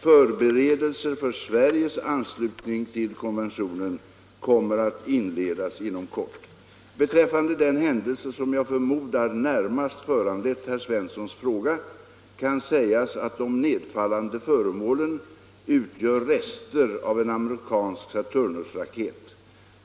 Förberedelser för Sveriges anslutning till konventionen kommer att inledas inom kort. Beträffande den händelse som jag förmodar närmast föranlett herr Svenssons fråga kan sägas att de nedfallande föremålen utgör rester av en amerikansk Saturnusraket.